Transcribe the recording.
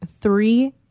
three